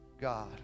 God